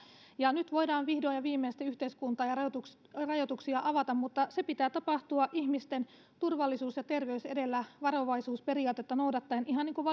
ja nyt voidaan vihdoin ja viimein sitten yhteiskuntaa ja rajoituksia avata mutta sen pitää tapahtua ihmisten turvallisuus ja terveys edellä varovaisuusperiaatetta noudattaen ihan niin kuin